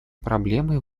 проблемой